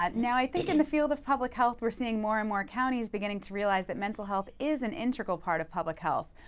now, i think in the field of public health, we're seeing more and more counties beginning to realize that mental health is an integral part of public health.